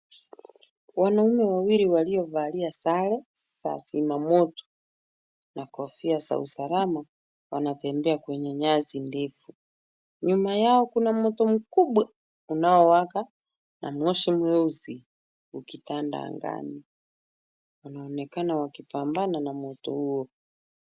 Wanaume wawili waliovalia sare za wazima moto na kofia za usalama wanatembea kwenye nyasi ndefu. Nyuma yao kuna moto mkubwa unaowaka na moshi mweusi ukitanda angani. Wanaonekana wakipambana na moto huo.